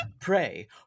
Pray